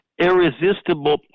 irresistible